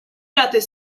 пятой